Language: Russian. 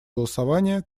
голосования